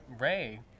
Ray